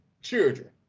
children